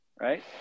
right